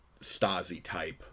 Stasi-type